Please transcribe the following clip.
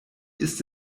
ist